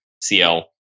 CL